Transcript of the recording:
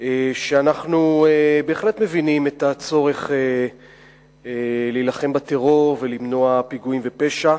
שאנחנו בהחלט מבינים את הצורך להילחם בטרור ולמנוע פיגועים ופשע.